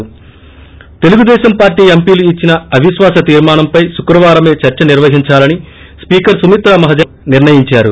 ి తెలుగుదేశం పార్టీ ఎంపీలు ఇచ్చిన అవిశ్వాస తీర్మానంపై శుక్రవారమే చర్చ నిర్వహించాలని స్పీకర్ సుమిత్రా మహాజన్ నిర్ణయించారు